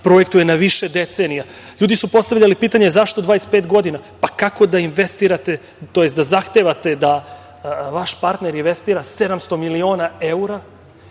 projektuje na više decenija. Ljudi su postavljali pitanje, zašto 25 godina? Kako da investirate, odnosno da zahtevate da vaš partner investira 700 miliona evra,